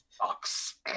box